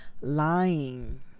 lying